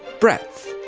breadth,